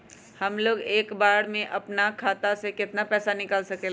हमलोग एक बार में अपना खाता से केतना पैसा निकाल सकेला?